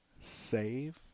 save